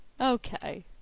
Okay